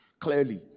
clearly